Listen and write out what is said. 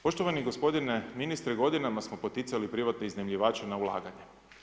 Poštovani gospodine ministre, godinama smo poticali privatne iznajmljivače na ulaganja.